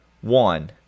one